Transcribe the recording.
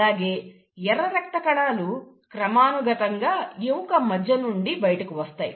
అలాగే ఎర్రరక్తకణాలు క్రమానుగతంగా ఎముక మజ్జ నుండి బయటకు వస్తాయి